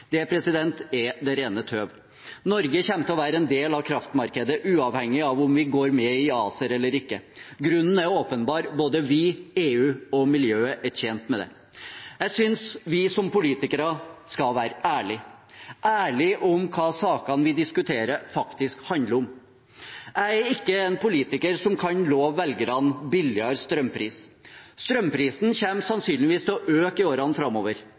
Det er det rene tøv. Norge kommer til å være en del av kraftmarkedet uavhengig av om vi går med i ACER eller ikke. Grunnen er åpenbar: Både vi, EU og miljøet er tjent med det. Jeg synes vi som politikere skal være ærlige – ærlige om hva sakene vi diskuterer, faktisk handler om. Jeg er ikke en politiker som kan love velgerne billigere strømpris. Strømprisen kommer sannsynligvis til å øke i årene framover,